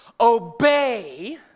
obey